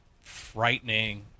frightening